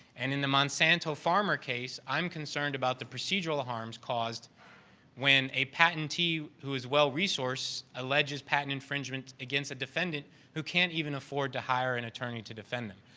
and in the monsanto farmer case, i'm concerned about the procedural harms caused when a patentee who is well-resourced, alleges patent infringement against a defendant who can't even afford to hire an attorney to defend them.